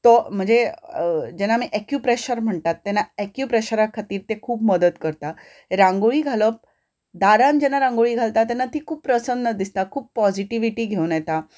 तो म्हणजे जेन्ना आमी एक्युप्रेशर म्हणटात तेन्ना एक्युप्रेशरा खातीर ते खूब मदत करतात रांगोळी घालप दारान जेन्ना रांगोळी घालता तेन्ना ती खूब प्रसन्ना दिसता खूब पोजिटिविटी घेवन येता